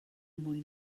mwy